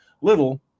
little